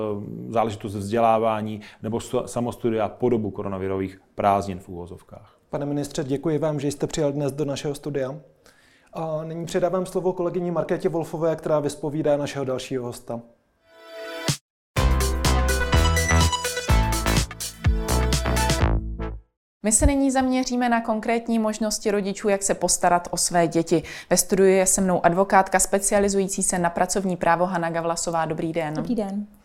Záležitost vzdělávání nebo s- samostudia po dobu koronavirových prázdnin v uvozovkách. Pane ministře, děkuji vám, že jste přijel dnes do našeho studia. A nyní předávám slovo kolegyni Markétě Wolfové, která vyzpovídá našeho dalšího hosta. My se nyní zaměříme na konkrétní možnosti rodičů, jak se postarat o své děti. Ve studiu je se mnou advokátka specializující se na pracovní právo Hana Gavlasová. Dobrý den. Dobrý den.